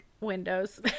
windows